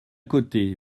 côté